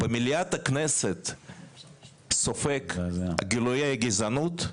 במליאת הכנסת סופג גילויי גזענות,